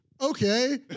Okay